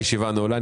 הישיבה נעולה.